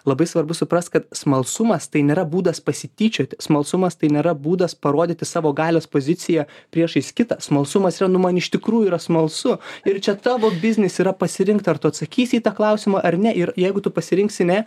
labai svarbu suprast kad smalsumas tai nėra būdas pasityčioti smalsumas tai nėra būdas parodyti savo galios poziciją priešais kitą smalsumas yra nu man iš tikrųjų yra smalsu ir čia tavo biznis yra pasirinkt ar tu atsakysi į tą klausimą ar ne ir jeigu tu pasirinksi ne